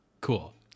cool